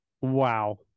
Wow